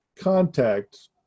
contact